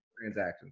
Transactions